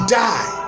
die